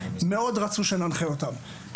מאוד רצו שננחה אותם,